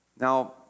Now